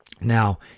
Now